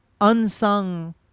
unsung